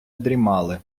дрімали